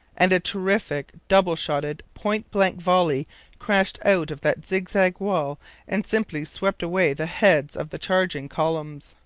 and a terrific, double-shotted, point-blank volley crashed out of that zigzag wall and simply swept away the heads of the charging columns.